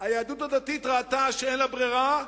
היהדות הדתית ראתה שאין לה ברירה,